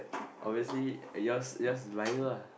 obviously yours yours liar